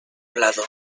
lado